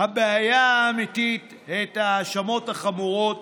הבעיה האמיתית, את ההאשמות החמורות